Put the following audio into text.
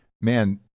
man